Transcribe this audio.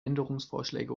änderungsvorschläge